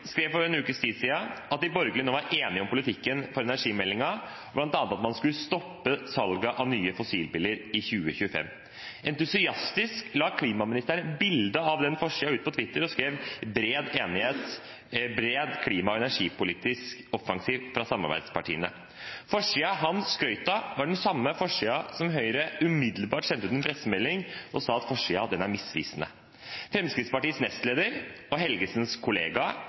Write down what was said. skrev for en ukes tid siden at de borgerlige nå var enige om politikken i energimeldingen, bl.a. at man skulle stoppe salget av nye fossilbiler fra 2025. Entusiastisk la klimaministeren bilde av den forsiden ut på Twitter og skrev: «bred klima- og energipolitisk offensiv fra samarbeidspartiene». Forsiden han skrøt av, var den samme forsiden som Høyre umiddelbart sendte ut en pressemelding om og sa at var «misvisende». Fremskrittspartiets nestleder og Helgesens kollega,